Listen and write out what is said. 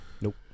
Nope